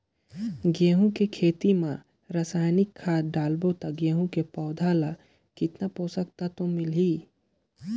गंहू के खेती मां रसायनिक खाद डालबो ता गंहू के पौधा ला कितन पोषक तत्व मिलही?